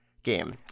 game